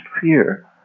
fear